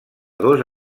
dos